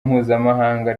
mpuzamahanga